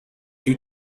due